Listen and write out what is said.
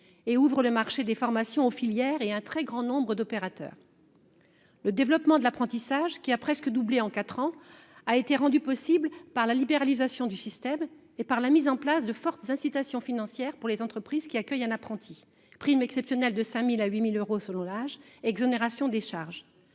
et ouvre le marché des formations aux filières et à un très grand nombre d'opérateurs. Le développement de l'apprentissage, qui a presque doublé en quatre ans, a été rendu possible par la libéralisation du système et par la mise en place de fortes incitations financières pour les entreprises accueillant un apprenti : prime exceptionnelle de 5 000 euros à 8 000 euros selon l'âge et exonération des charges.